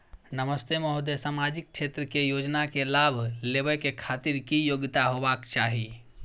नमस्ते महोदय, सामाजिक क्षेत्र के योजना के लाभ लेबै के खातिर की योग्यता होबाक चाही?